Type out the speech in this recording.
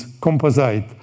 composite